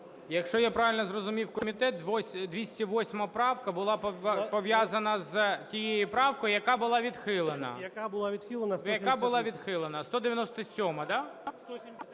Якщо я правильно зрозумів комітет, 208 правка була пов'язана з тією правкою, яка була відхилена. ПАВЛІШ П.В. Яка була відхилена…